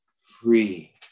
free